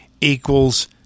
equals